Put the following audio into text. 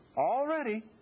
already